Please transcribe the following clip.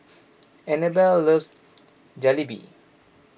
Annabell loves Jalebi